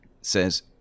says